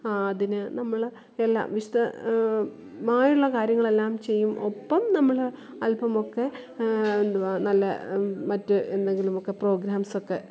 അതിനു നമ്മൾ എല്ലാ വിശദമായുള്ള കാര്യങ്ങളെല്ലാം ചെയ്യും ഒപ്പം നമ്മൾ അല്പ്പമൊക്കെ എന്ത്വ നല്ല മറ്റ് എന്തെങ്കിലുമൊക്കെ പ്രോഗ്രാമ്സൊക്കെ